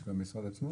של המשרד עצמו?